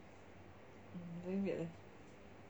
very weird leh